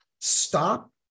stop